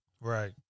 Right